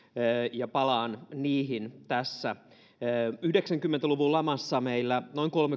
ja palaan niihin tässä yhdeksänkymmentä luvun lamassa meillä